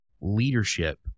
leadership